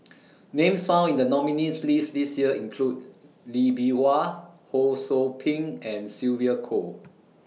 Names found in The nominees' list This Year include Lee Bee Wah Ho SOU Ping and Sylvia Kho